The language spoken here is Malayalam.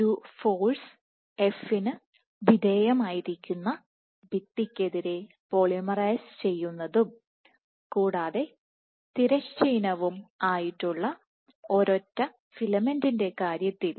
ഒരു ഫോഴ്സ് f ന് വിധേയമായിരിക്കുന്ന ഭിത്തിക്കെതിരെ പോളിമറൈസ് ചെയ്യുന്നതും കൂടതെ തിരശ്ചീനവും ആയിട്ടുള്ള ഒരൊറ്റ ഫിലമെന്റിന്റെ കാര്യത്തിൽ